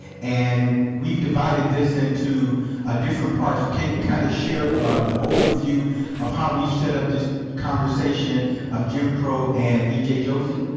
and we've dieded this into ah different parts, so can you kind of share the overview of how we've set up this conversation of jim crow and e j. josey?